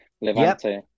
Levante